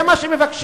זה מה שמבקשים.